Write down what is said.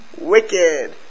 Wicked